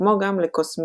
כמו גם לקוסמיסיזם.